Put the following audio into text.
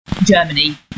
Germany